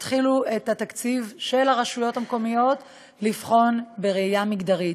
את התקציב של הרשויות המקומיות יתחילו לבחון בראייה מגדרית.